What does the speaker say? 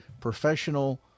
professional